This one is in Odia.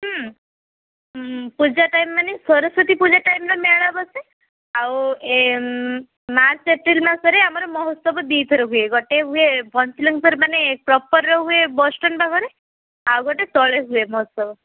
ପୂଜା ଟାଇମ୍ ମାନେ ସରସ୍ୱତୀ ପୂଜା ଟାଇମ୍ରେ ମେଳା ବସେ ଆଉ ମାର୍ଚ୍ଚ ଏପ୍ରିଲ ମାସରେ ଆମର ମହୋତ୍ସବ ଦିଥର ହୁଏ ଗୋଟେ ହୁଏ ପଞ୍ଚଲିଙ୍ଗେଶ୍ୱର ମାନେ ପ୍ରପରରେ ହୁଏ ବସଷ୍ଟାଣ୍ଡ ପାଖରେ ଆଉ ଗୋଟେ ତଳେ ହୁଏ ମହୋତ୍ସବ